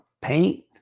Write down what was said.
paint